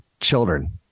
children